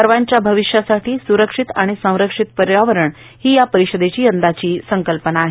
सर्वांच्या भविष्यासाठी सुरक्षित आणि संरक्षित पर्यावरण ही या परिषदेची संकल्पना आहे